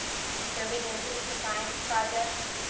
they're leading citizen science projects.